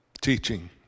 teaching